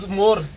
more